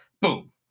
boom